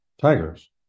Tigers